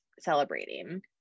celebrating